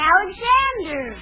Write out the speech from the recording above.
Alexander